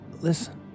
listen